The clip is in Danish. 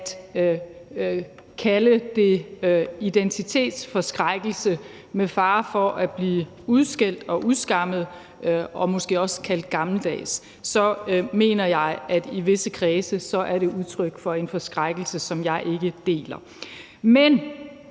at kalde det identitetsforskrækkelse. Med fare for at blive udskældt og udskammet og måske også kaldt gammeldags mener jeg, at i visse kredse er det udtryk for en forskrækkelse, som jeg ikke deler. Men